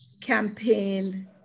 campaign